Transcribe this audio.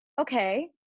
okay